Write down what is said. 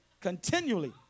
continually